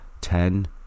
ten